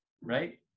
right